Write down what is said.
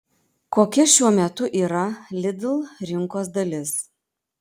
kokia šiuo metu yra lidl rinkos dalis